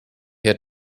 had